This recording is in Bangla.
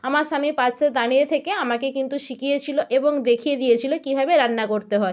আমার স্বামী পাশে দাঁড়িয়ে থেকে আমাকে কিন্তু শিখিয়েছিল এবং দেখিয়ে দিয়েছিল কীভাবে রান্না করতে হয়